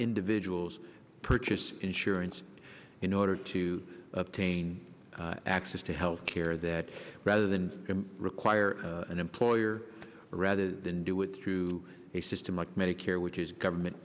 individuals purchase insurance in order to obtain access to health care that rather than require an employer rather than do it through a system like medicare which is government